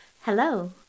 Hello